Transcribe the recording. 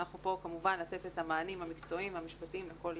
אנחנו פה כמובן לתת את המענים המקצועיים והמשפטיים לכל